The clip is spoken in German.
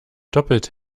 doppelt